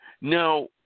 Now